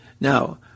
Now